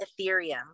ethereum